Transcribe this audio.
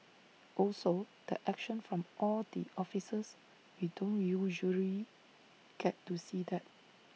also the action from all the officers we don't usually get to see that